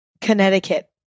Connecticut